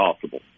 possible